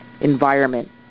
environment